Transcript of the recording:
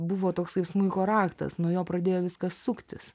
buvo toksai smuiko raktas nuo jo pradėjo viskas suktis